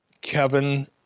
Kevin